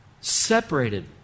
separated